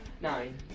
Nine